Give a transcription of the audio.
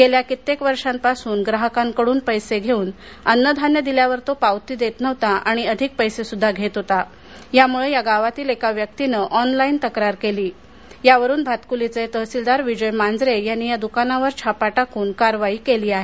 गेल्या कित्येक वर्षापासून ग्राहकाकडून पैसे घेऊन अन्नधान्य दिल्यावर तो पावती देत नव्हता आणि अधिक पैसे सुद्धा घेत होता यामुळे या गावातील एका व्यक्तीने ऑनलाइन तक्रार केली यावरून भातक्लीचे तहसीलदार विजय मांजरे यांनी या दुकानावर छापा टाकून कारवाई केली आहे